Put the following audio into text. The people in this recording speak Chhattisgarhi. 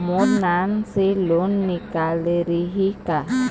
मोर नाम से लोन निकारिही का?